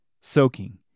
soaking